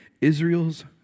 Israel's